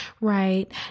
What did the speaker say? Right